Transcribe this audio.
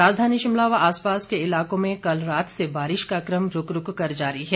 राजधानी शिमला व आसपास के इलाकों में कल रात से बारिश का कम रूक रूक कर जारी है